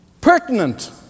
pertinent